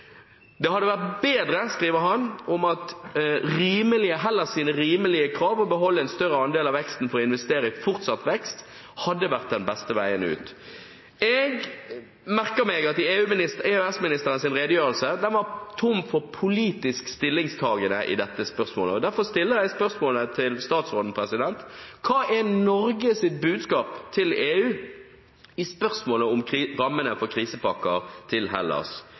Det hadde vært bedre, skriver han, om Hellas’ rimelige krav om å beholde en større andel av veksten for å investere i fortsatt vekst ble fulgt for at landet skal komme ut av krisen. Jeg merker meg at EØS-ministerens redegjørelse var tom for politisk stillingtagen i dette spørsmålet. Derfor stiller jeg spørsmål til statsråden: Hva er Norges budskap til EU i spørsmålet om rammene for krisepakker til Hellas?